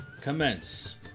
commence